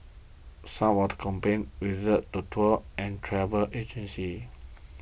some of the complaints reserved to tours and travel agencies